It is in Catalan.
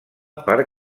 per